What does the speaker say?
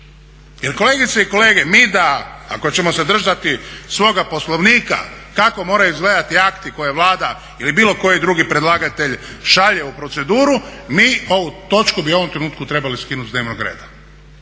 Jer kolegice i kolege, mi da ako ćemo se držati svoga Poslovnika kako moraju izgledati akti koje Vlada ili bilo koji drugi predlagatelj šalje u proceduru, mi ovu točku bi u ovom trenutku trebali skinut s dnevnog reda.